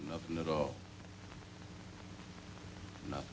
nothing at all no